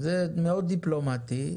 זה מאוד דיפלומטי.